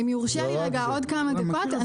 אם יורשה לי עוד כמה דקות,